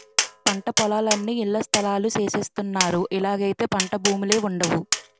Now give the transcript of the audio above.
పంటపొలాలన్నీ ఇళ్లస్థలాలు సేసస్తన్నారు ఇలాగైతే పంటభూములే వుండవు